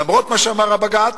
למרות מה שאמר הבג"ץ.